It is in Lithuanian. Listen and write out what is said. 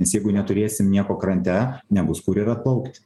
nes jeigu neturėsim nieko krante nebus kur ir atplaukti